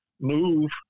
move